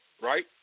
right